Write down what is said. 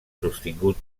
sostingut